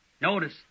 Notice